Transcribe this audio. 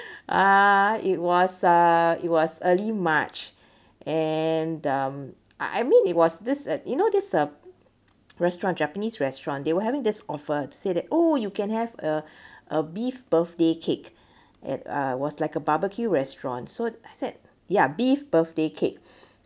uh it was uh it was early march and um I mean it was this uh you know this uh restaurant japanese restaurant they were having this offer to say that oo you can have a a beef birthday cake at uh was like a barbecue restaurant so I said ya beef birthday cake